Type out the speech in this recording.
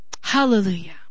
Hallelujah